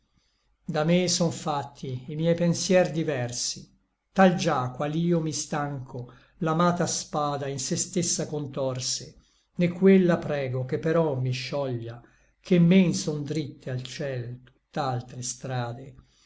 da me son fatti i miei pensier diversi tal già qual io mi stancho l'amata spada in se stessa contorse né quella prego che però mi scioglia ché men son dritte al ciel tutt'altre strade